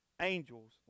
angels